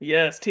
Yes